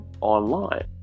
online